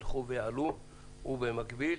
ובמקביל,